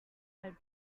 had